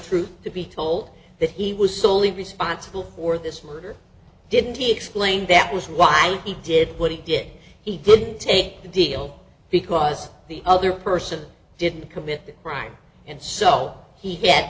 truth to be told that he was solely responsible for this murder didn't he explained that was why he did what he did he didn't take the deal because the other person didn't commit the crime and so he had